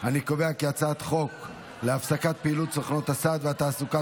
את הצעת חוק להפסקת פעילות סוכנות הסעד והתעסוקה